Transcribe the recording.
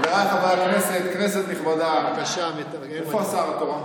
חבריי חברי הכנסת, כנסת נכבדה, איפה השר התורן?